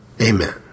Amen